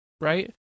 right